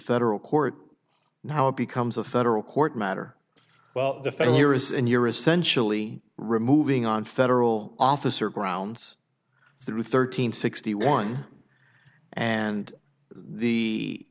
federal court now it becomes a federal court matter well the failure is and you're essentially removing on federal officer grounds through thirteen sixty one and the